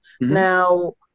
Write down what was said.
Now